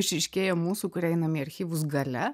išryškėja mūsų kurie einam į archyvus galia